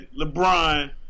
LeBron